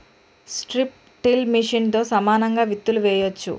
strip till మెషిన్తో సమానంగా విత్తులు వేయొచ్చు